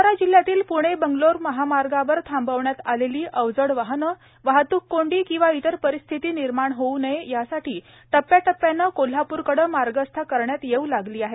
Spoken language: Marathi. सातारा जिल्ह्यातील प्णे बेंगलोर महामार्गावर थांबवन्यात आलेली अवजड वाहने वाहतूक कोंडी किंवा इतर परिस्थिति निर्माण होऊ नये यासाठी टप्प्याटप्प्याने कोल्हाप्रकडे मार्गस्थ करण्यात येऊ लागली आहेत